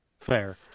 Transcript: Fair